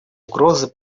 угрозы